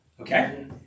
Okay